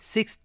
Six